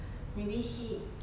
maybe he